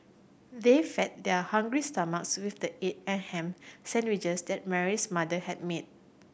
they fed their hungry stomachs with the egg and ham sandwiches that Mary's mother had made